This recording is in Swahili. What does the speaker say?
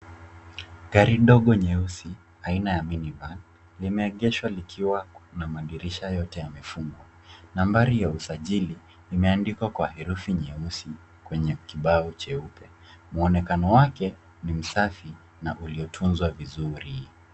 Gari ndogo nyeusi aina ya mini van limeegeshwa likiwa madirisha yote yamefungwa nambari ya usajili imeandwa kwa herufi nyeusi kwenye kibao jeupe. Muonekano wake ni msafi na uliotunzwa vizuri.